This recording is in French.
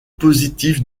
positif